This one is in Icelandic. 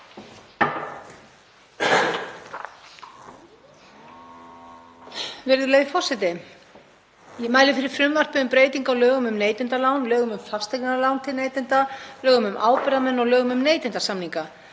Virðulegi forseti. Ég mæli fyrir frumvarpi um breytingu á lögum um neytendalán, lögum um fasteignalán til neytenda, lögum um ábyrgðarmenn og lögum um neytendasamninga.